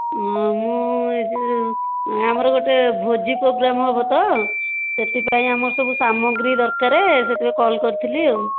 ମୁଁ ଏ ଯେଉଁ ଆମର ଗୋଟେ ଭୋଜି ପ୍ରୋଗାମ୍ ହେବ ତ ସେଥିପାଇଁ ଆମର ସବୁ ସାମଗ୍ରୀ ଦରକାର ସେଥିପାଇଁ କଲ୍ କରିଥିଲି ଆଉ